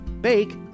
Bake